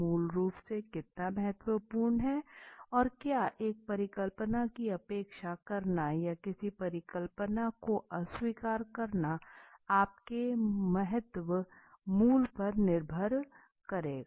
मूल रूप से कितना महत्वपूर्ण है और क्या एक परिकल्पना की अपेक्षा करना या किसी परिकल्पना को अस्वीकार करना आपके महत्व मूल्य पर निर्भर करेगा